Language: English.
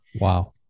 Wow